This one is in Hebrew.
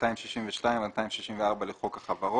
מניעה כזאת.